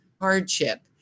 hardship